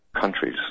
countries